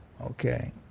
Okay